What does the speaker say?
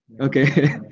Okay